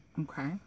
okay